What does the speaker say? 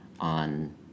on